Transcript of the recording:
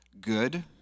good